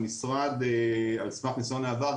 המשרד על סמך ניסיון העבר,